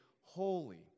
holy